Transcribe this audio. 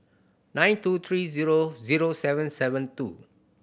nine two three zero zero seven seven two